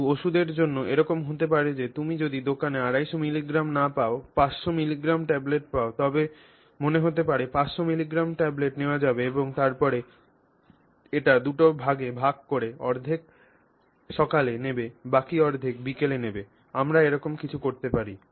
কিছু ওষুধের জন্য এরকম হতে পারে যে তুমি যদি দোকানে 250 মিলিগ্রাম না পাও 500 মিলিগ্রাম ট্যাবলেট পাও তবে মনে হতে পারে 500 মিলিগ্রাম ট্যাবলেট নেওয়া যাবে এবং তারপরে এটি দুটি ভাগে ভাগ করে অর্ধেক সকালে নেবে বাকি অর্ধেক বিকেলে আমরা এরকম কিছু করতে পারি